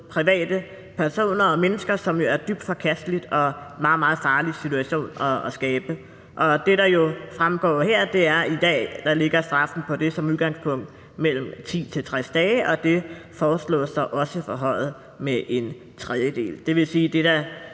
privatpersoner, hvilket jo er dybt forkasteligt og en meget, meget farlig situation at skabe. Det, der fremgår her, er, at straffen i dag som udgangspunkt ligger på mellem 10 og 60 dages fængsel, og det foreslås så også forhøjet med en tredjedel. Det vil sige, at det,